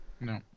No